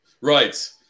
right